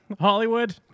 Hollywood